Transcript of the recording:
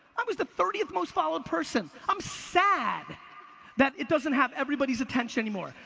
i was the thirtieth most followed person, i'm sad that it doesn't have everybody's attention anymore.